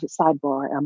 sidebar